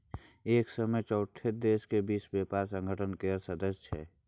एक सय चौंसठ देश विश्व बेपार संगठन केर सदस्य छै